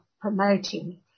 promoting